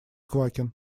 квакин